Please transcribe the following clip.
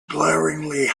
glaringly